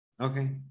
Okay